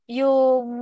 yung